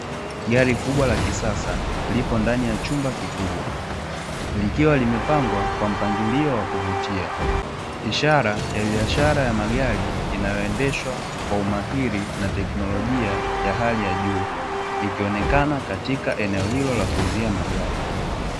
Gari kubwa la kisasa lipo ndani ya chumba kikubwa likiwa limeoangwa kwa mpangilio wa kuvutia, ishara ya biashara ya magari inayoendeshwa kwa umahiri na tekinolojia ya hali ya juu, ikionekana katika eneo hilo la kuuzia magari.